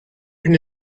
une